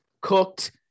cooked